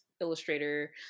illustrator